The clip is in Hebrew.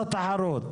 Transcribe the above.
התחרות הזו?